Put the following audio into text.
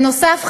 בנוסף,